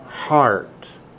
heart